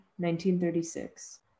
1936